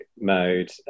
mode